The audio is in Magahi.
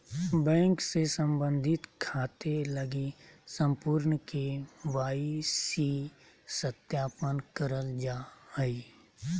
बैंक से संबंधित खाते लगी संपूर्ण के.वाई.सी सत्यापन करल जा हइ